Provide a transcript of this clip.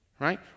right